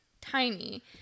tiny